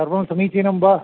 सर्वं समीचीनं वा